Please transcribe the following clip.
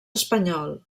espanyol